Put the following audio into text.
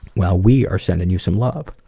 well we are sending you some love.